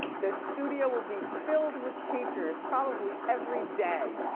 the studio would be filled with teachers probably every day.